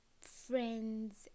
friends